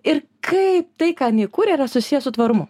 ir kaip tai ką jinai kuria yra susiję su tvarumu